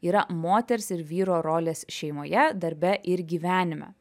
yra moters ir vyro rolės šeimoje darbe ir gyvenime